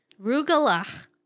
rugalach